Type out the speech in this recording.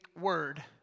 word